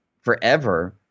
forever